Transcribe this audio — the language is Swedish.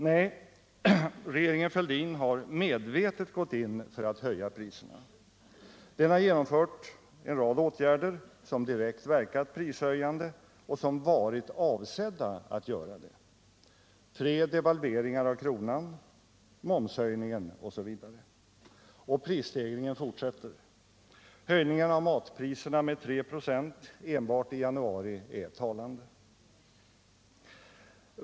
Nej, regeringen Fälldin har medvetet gått in för att höja priserna. Den har genomfört en rad åtgärder som direkt verkat prishöjande och som varit avsedda att göra det — tre devalveringar av kronan, momshöjningen osv. Och prisstegringen fortsätter. Höjningen av matpriserna med 3 ?5 enbart i januari är talande.